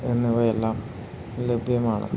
എന്നിവയെല്ലാം ലഭ്യമാണ്